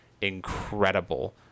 incredible